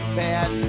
bad